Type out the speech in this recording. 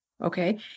okay